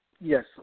Yes